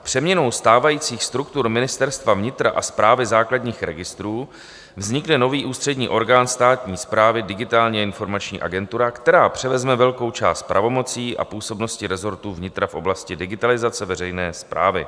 Přeměnou stávajících struktur Ministerstva vnitra a Správy základních registrů vznikne nový ústřední orgán státní správy, Digitální a informační agentura, která převezme velkou část pravomocí a působnosti rezortu vnitra v oblasti digitalizace veřejné správy.